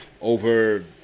over